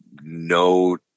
no